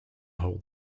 hold